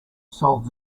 solved